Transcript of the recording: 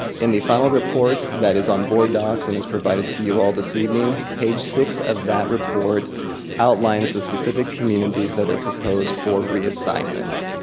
in the final report that is on board docs and is provided to you all this evening, page six of that report outlines the specific communities that are proposed for reassignment.